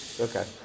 okay